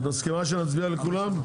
את מסכימה שנצביע על כולן?